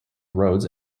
roads